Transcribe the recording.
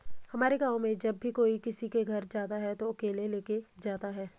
हमारे गाँव में जब भी कोई किसी के घर जाता है तो केले लेके ही जाता है